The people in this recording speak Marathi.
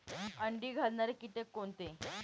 अंडी घालणारे किटक कोणते?